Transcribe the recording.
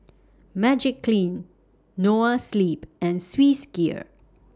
Magiclean Noa Sleep and Swissgear